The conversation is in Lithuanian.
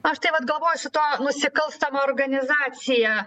aš tai vat galvoju su tuo nusikalstama organizacija